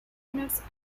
units